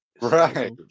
Right